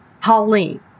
Pauline